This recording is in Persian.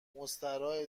مستراحه